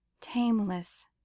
tameless